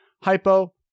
Hypo